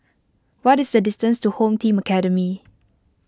what is the distance to Home Team Academy